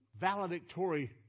valedictory